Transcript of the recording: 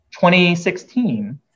2016